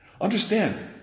Understand